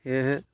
সেয়েহে